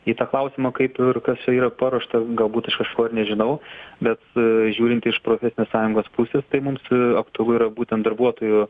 į tą klausimą kaip ir kas čia yra paruošta galbūt aš kažko ir nežinau bet žiūrint iš profesinės sąjungos pusės tai mums aktualu yra būtent darbuotojų